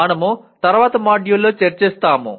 మనము తరువాత మాడ్యూల్లో చర్చిస్తాము